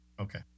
Okay